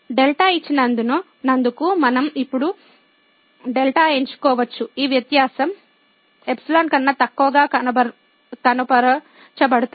δ ఇచ్చినందుకు మనం ఇప్పుడు δ ఎంచుకోవచ్చు ఈ వ్యత్యాసం ϵ కన్నా తక్కువగా కనుపరచబడుతుంది